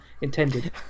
intended